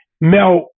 Mel